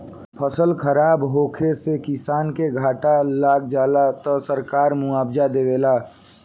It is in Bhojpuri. फसल खराब होखे से किसान के घाटा लाग जाला त सरकार मुआबजा देवेला